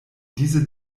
diese